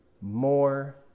more